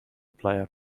player